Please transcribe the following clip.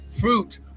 Fruit